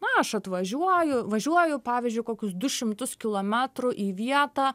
na aš atvažiuoju važiuoju pavyzdžiui kokius du šimtus kilometrų į vietą